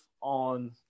on